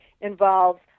involves